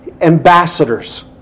Ambassadors